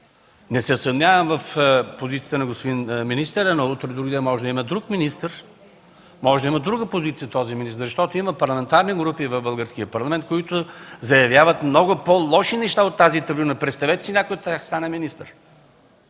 Не се съмнявам в позицията на господин министъра, но утре може да има друг министър, който може да има друга позиция, защото има парламентарни групи в Българския парламент, които заявяват много по-лоши неща от тази трибуна. Представете си, че някой от тях стане министър